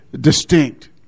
distinct